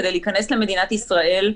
כדי להיכנס למדינת ישראל,